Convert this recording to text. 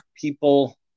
people